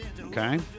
Okay